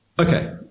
Okay